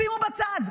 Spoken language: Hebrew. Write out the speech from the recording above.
שימו בצד.